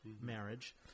marriage